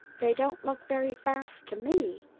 they don't look very fast to me.